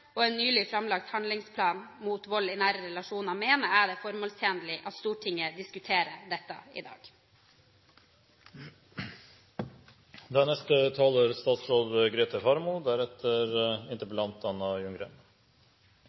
Med en relativt ny justisminister og en nylig framlagt handlingsplan mot vold i nære relasjoner mener jeg det er formålstjenlig at Stortinget diskuterer dette i dag. Vold i nære relasjoner er